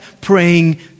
praying